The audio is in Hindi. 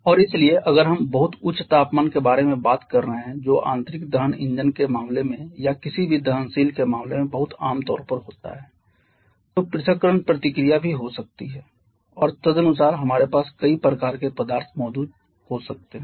और इसलिए अगर हम बहुत उच्च तापमान के बारे में बात कर रहे हैं जो आंतरिक दहन इंजन के मामले में या किसी भी दहनशील के मामले में बहुत आम तौर पर होता है तो पृथक्करण प्रतिक्रिया भी हो सकती है और तदनुसार हमारे पास कई प्रकार के पदार्थ मौजूद हो सकते हैं